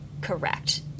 correct